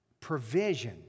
provision